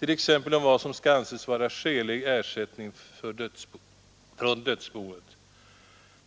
t.ex. om vad som skall anses vara skälig ersättning från dödsboet.